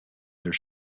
their